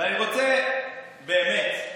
ואני רוצה באמת,